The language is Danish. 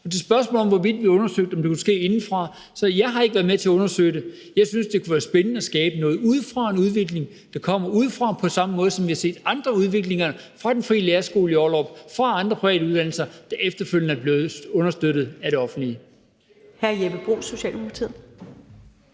til spørgsmålet om, hvorvidt vi har undersøgt, om det kunne ske indefra, vil jeg sige, at jeg ikke har været med til at undersøge det. Jeg synes, det kunne være spændende at skabe noget udefra, altså en udvikling, der kommer udefra på samme måde, som vi har set det med andre udviklinger fra Den Frie Lærerskole i Ollerup og fra andre private uddannelser, der efterfølgende er blevet understøttet af det offentlige.